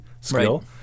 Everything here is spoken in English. skill